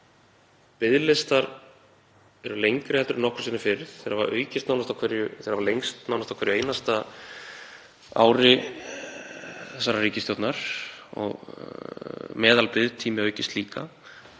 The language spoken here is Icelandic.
Biðlistar eru lengri en nokkru sinni fyrr. Þeir hafa lengst nánast á hverju einasta ári þessarar ríkisstjórnar og meðalbiðtími aukist líka.